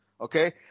Okay